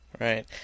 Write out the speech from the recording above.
Right